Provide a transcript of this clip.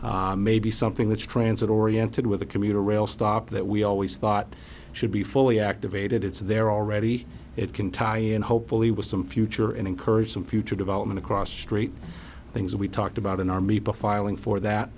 production maybe something that's transit oriented with a commuter rail stop that we always thought should be fully activated it's there already it can tie and hopefully with some future sure encourage some future development across the street things that we talked about an army befuddling for that